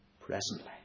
Presently